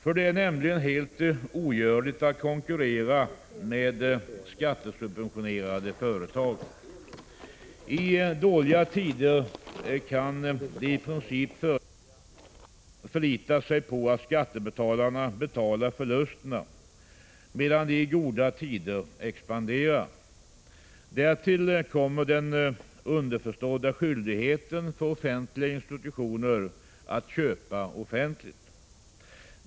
För det är nämligen helt ogörligt att konkurrera med skattesubventionerade företag. I dåliga tider kan de i princip förlita sig på att skattebetalarna betalar förlusterna, medan de i goda tider expanderar. Därtill kommer den underförstådda skyldigheten för offentliga institutioner att köpa offentligt.